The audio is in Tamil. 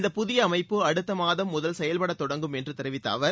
இந்த புதிய அமைப்பு அடுத்த மாதம் முதல் செயல்படத் தொடங்கும் என்று தெரிவித்த அவர்